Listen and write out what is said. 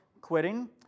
quitting